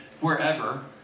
wherever